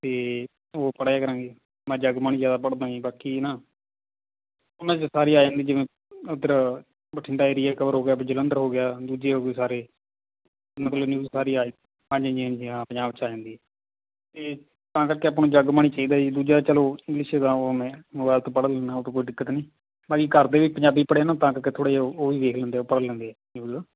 ਅਤੇ ਉਹ ਪੜ੍ਹਿਆ ਕਰਾਂਗੇ ਮੈਂ ਜਗਬਾਣੀ ਜ਼ਿਆਦਾ ਪੜ੍ਹਦਾ ਜੀ ਬਾਕੀ ਨਾ ਉਨ੍ਹਾਂ 'ਚ ਸਾਰੀ ਆ ਜਾਂਦੀ ਜਿਵੇਂ ਉੱਧਰ ਬਠਿੰਡਾ ਏਰੀਆ ਕਵਰ ਹੋ ਗਿਆ ਵੀ ਜਲੰਧਰ ਹੋ ਗਿਆ ਦੂਜੇ ਹੋ ਗਏ ਸਾਰੇ ਮਤਲਬ ਨਿਊਜ਼ ਸਾਰੀ ਆ ਜਾਂਦੀ ਹਾਂਜੀ ਜੀ ਹਾਂਜੀ ਹਾਂ ਪੰਜਾਬ 'ਚ ਆ ਜਾਂਦੀ ਇਹ ਤਾਂ ਕਰਕੇ ਆਪਾਂ ਨੂੰ ਜਗਬਾਣੀ ਚਾਹੀਦਾ ਜੀ ਦੂਜਾ ਚਲੋ ਇੰਗਲਿਸ਼ ਦਾ ਉਹ ਮੈਂ ਮੋਬਾਈਲ ਤੋਂ ਪੜ੍ਹ ਲੈਂਦਾ ਉਹ ਤਾਂ ਕੋਈ ਦਿੱਕਤ ਨਹੀਂ ਭਾਅ ਜੀ ਘਰਦੇ ਵੀ ਪੰਜਾਬੀ ਪੜ੍ਹੇ ਨਾ ਤਾਂ ਕਰਕੇ ਥੋੜ੍ਹਾ ਜਿਹਾ ਉਹ ਵੀ ਵੇਖ ਲੈਂਦੇ ਪੜ੍ਹ ਲੈਂਦੇ ਨਿਊਜ਼